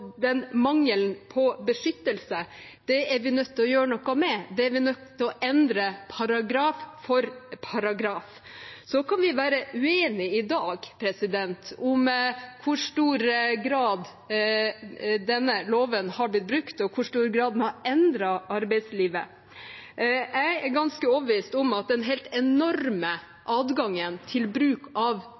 den mangelen på beskyttelse, er vi nødt til å gjøre noe med: Det er vi nødt til å endre, paragraf for paragraf. Så kan vi være uenige i dag om i hvor stor grad denne loven er blitt brukt, og i hvor stor grad den har endret arbeidslivet. Jeg er ganske overbevist om at den helt enorme adgangen til bruk av